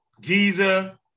Giza